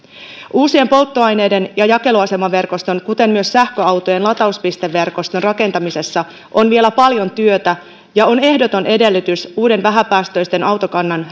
uusien polttoaineiden ja jakeluasemaverkoston kuten myös sähköautojen latauspisteverkoston rakentamisessa on vielä paljon työtä ja on ehdoton edellytys uuden vähäpäästöisen autokannan